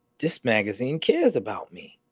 this magazine cares about me.